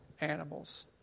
animals